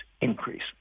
increase